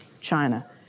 China